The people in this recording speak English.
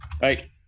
right